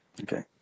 Okay